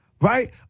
Right